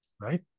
Right